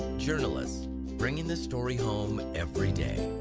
journalists bringing the story home everyday.